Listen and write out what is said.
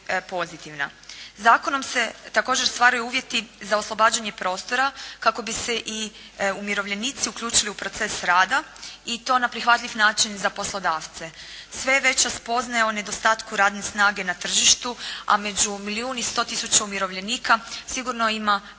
pozitivna. Zakonom se također stvaraju uvjeti za oslobađanje prostora kako bi se i umirovljenici uključili u proces rada i to na prihvatljiv način za poslodavce. Sve je veća spoznaja o nedostatku radne snage na tržištu, a među milijun i sto tisuća umirovljenika, sigurno ima